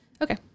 okay